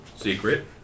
Secret